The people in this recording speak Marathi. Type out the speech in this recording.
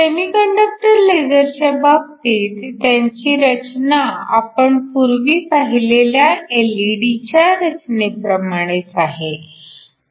सेमीकंडक्टर लेझरच्या बाबतीत त्यांची रचना आपण पूर्वी पाहिलेल्या एलईडीच्या रचनेप्रमाणेच आहे